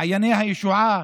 מעייני הישועה,